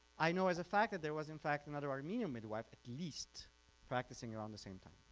i know as a fact that there was in fact another armenian midwife at least practicing around the same time.